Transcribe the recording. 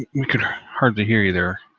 we could hardly hear you there.